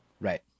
Right